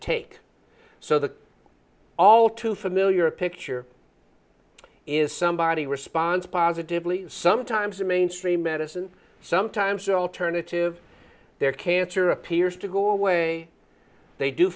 take so the all too familiar picture is somebody who responds positively sometimes to mainstream medicine sometimes alternative their cancer appears to go away they do